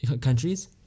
countries